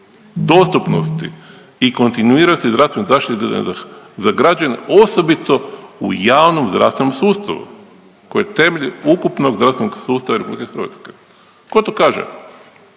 dostupnosti i kontinuirane zdravstvene zaštite za građane, osobito u javnom zdravstvenom sustavu koji je temelj ukupnog zdravstvenog sustava RH. Ko to kaže?